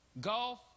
golf